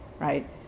right